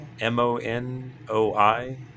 M-O-N-O-I